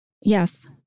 Yes